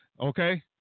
Okay